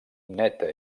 neta